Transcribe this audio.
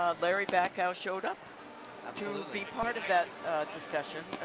larry bacow showed up up to be part of that discussion,